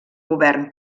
govern